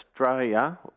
Australia